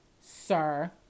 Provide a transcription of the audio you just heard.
sir